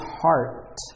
heart